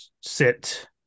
sit